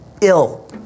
ill